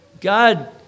God